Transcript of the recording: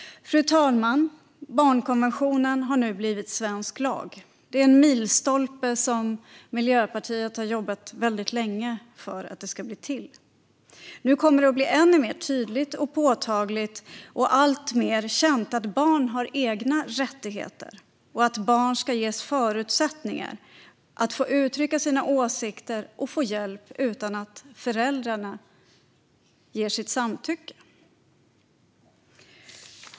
Fru talman! Barnkonventionen har nu blivit svensk lag. Det är en milstolpe som Miljöpartiet har jobbat länge för att den ska bli till. Nu kommer det att bli ännu mer tydligt och påtagligt och alltmer känt att barn har egna rättigheter och att barn ska ges förutsättningar att uttrycka sina åsikter och få hjälp utan att föräldrarna ger sitt samtycke.